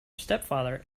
stepfather